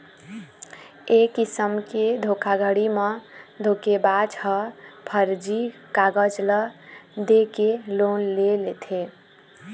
ए किसम के धोखाघड़ी म धोखेबाज ह फरजी कागज ल दे के लोन ले लेथे